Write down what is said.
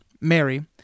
Mary